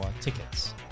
tickets